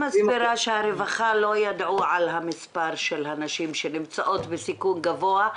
מסבירה שהרווחה לא ידעו על המספר של הנשים שנמצאות בסיכון גבוה,